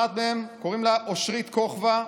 אחת מהן היא אושרית כוכבא,